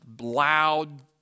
loud